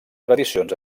tradicions